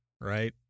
right